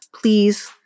Please